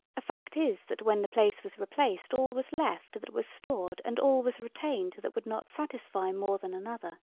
a fact is that when the place was replaced all was left that was stored and all was retained that would not satisfy more than another.